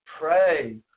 pray